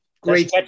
great